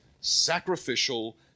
sacrificial